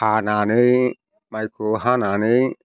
हानानै माइखौ हानानै